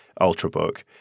Ultrabook